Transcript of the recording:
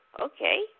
okay